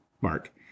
Mark